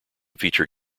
feature